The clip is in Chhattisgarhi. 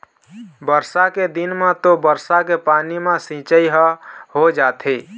बरसा के दिन म तो बरसा के पानी म सिंचई ह हो जाथे